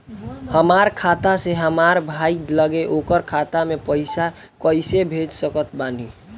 हमार खाता से हमार भाई लगे ओकर खाता मे पईसा कईसे भेज सकत बानी?